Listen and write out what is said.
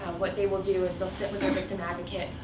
what they will do is, they'll sit with our victim advocate,